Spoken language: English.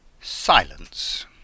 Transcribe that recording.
Silence